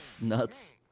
nuts